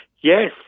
Yes